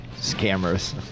scammers